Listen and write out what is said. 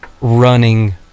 running